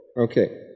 Okay